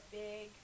big